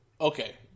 okay